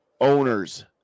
Owners